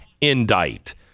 indict